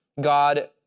God